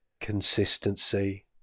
consistency